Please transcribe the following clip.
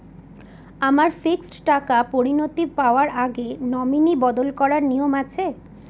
আমার ফিক্সড টাকা পরিনতি পাওয়ার আগে নমিনি বদল করার নিয়ম আছে?